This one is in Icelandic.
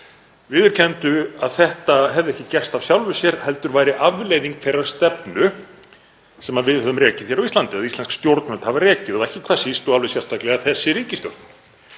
viðurkenndu að þetta hefði ekki gerst af sjálfu sér heldur væri það afleiðing þeirrar stefnu sem við höfum rekið hér á Íslandi eða íslensk stjórnvöld hafa rekið og ekki hvað síst og alveg sérstaklega ríkisstjórn.